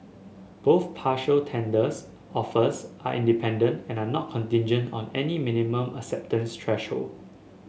both partial tenders offers are independent and are not contingent on any minimum acceptance threshold